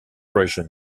inc